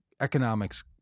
economics